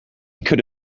could